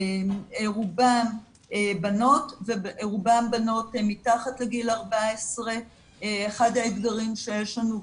רובן בנות מתחת לגיל 14. אחד האתגרים שיש לנו,